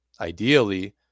ideally